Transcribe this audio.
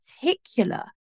particular